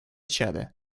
чада